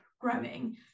growing